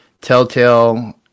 telltale